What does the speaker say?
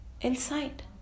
Inside